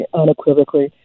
unequivocally